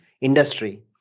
industry